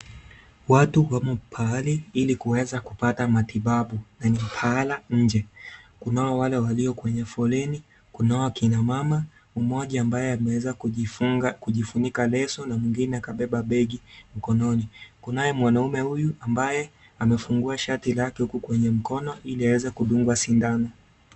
Watu wamo pahali ili kuweza kupata matibabu na ni pahala nje. Kunao wale walio kwenye foleni. Kunao kina mama; mmoja ambaye ameweza kujifunga kujifunika leso na mwingine kabeba begi mkononi. Kunaye mwanaume huyu ambaye amefungua shati lake huku kwenye mkono ili aweze kudungwa sindano.